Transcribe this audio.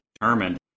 determined